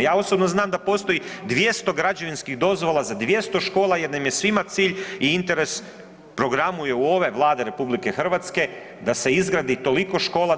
Ja osobno znam da postoji 200 građevinskih dozvola za 200 škola jer nam je svima cilj i interes, u programu je ove Vlade RH da se izgradi toliko škola